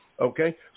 Okay